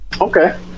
Okay